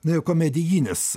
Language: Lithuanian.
na komedijinis